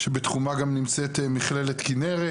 שבתחומה גם נמצאת מכללת כינרת,